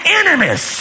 enemies